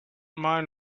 mind